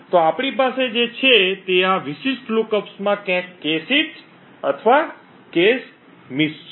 તો આપણી પાસે જે છે તે આ વિશિષ્ટ લુકઅપ્સમાં ક્યાંક cache હિટ અથવા cache મિસ છે